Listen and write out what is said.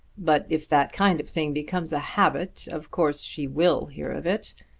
but if that kind of thing becomes a habit, of course she will hear of it.